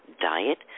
diet